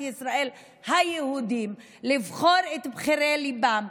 ישראל היהודים לבחור את בחירי ליבם,